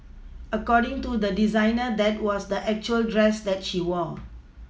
according to the designer that was the actual dress that she wore